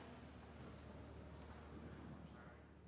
Merci